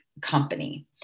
company